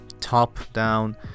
top-down